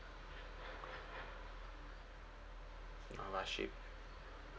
uh rashid